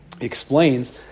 explains